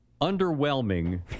underwhelming